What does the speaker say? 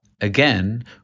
again